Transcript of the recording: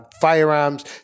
firearms